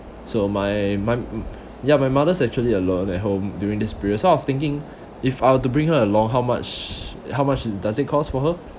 so my my mm ya my mother's actually alone at home during this period so I was thinking if I were to bring her along how much how much it does it cost for her